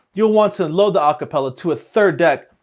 you'll want to load the acapella to a third deck,